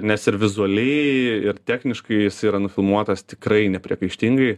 nes ir vizualiai ir techniškai jisai yra nufilmuotas tikrai nepriekaištingai